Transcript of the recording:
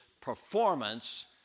performance